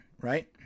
right